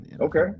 okay